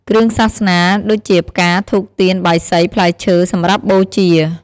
គ្រឿងសាសនា ដូចជាផ្កា ធូប ទៀន បាយសី ផ្លែឈើ សម្រាប់បូជា។